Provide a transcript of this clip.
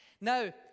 Now